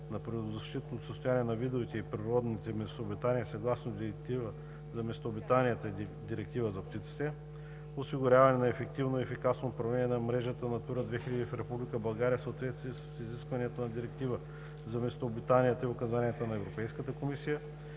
на природозащитното състояние на видовете и природните местообитания съгласно Директивата за местообитанията и Директивата за птиците; - осигуряване на ефективно и ефикасно управление на мрежата „Натура 2000“ в Република България в съответствие с изискванията на Директивата за местообитанията и указанията на Европейската комисия;